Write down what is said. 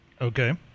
Okay